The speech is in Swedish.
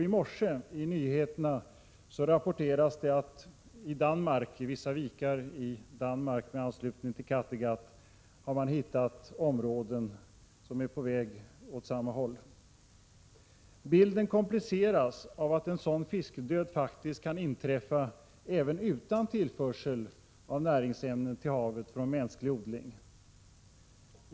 I morse rapporterades det i nyheterna att i vissa vikar i Danmark, med anslutning till Kattegatt, har man hittat områden där utvecklingen är på väg åt samma håll. Bilden kompliceras av att en sådan fiskdöd faktiskt kan inträffa även utan tillförsel av näringsämnen till havet från mänsklig odling.